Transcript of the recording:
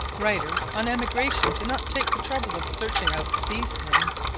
writers on emigration do not take the trouble of searching out these things,